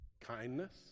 kindness